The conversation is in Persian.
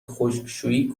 خشکشویی